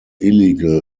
illegal